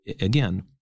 Again